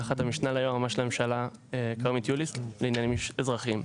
תחת המשנה ליועמ"ש לממשלה כרמית יוליס לעניינים אזרחיים.